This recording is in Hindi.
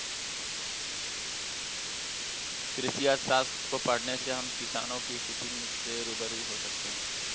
कृषि अर्थशास्त्र को पढ़ने से हम किसानों की स्थिति से रूबरू हो सकते हैं